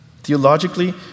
Theologically